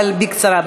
אבל בקצרה.